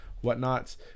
whatnot